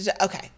Okay